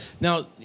Now